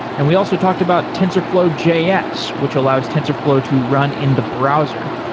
and we also talked about tensorflow js, which allows tensorflow to run in the browser.